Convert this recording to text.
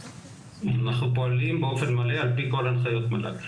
אנחנו פועלים באופן מלא, על פי כל הנחיות מל"ג.